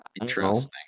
Interesting